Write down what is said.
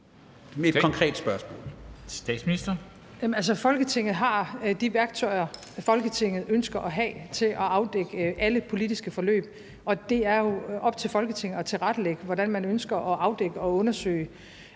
(Mette Frederiksen): Altså, Folketinget har de værktøjer, som Folketinget ønsker at have til at afdække alle politiske forløb, og det er jo op til Folketinget at tilrettelægge, hvordan man ønsker at afdække og undersøge